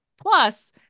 Plus